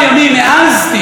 בעוונותיי הרבים,